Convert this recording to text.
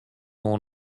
oan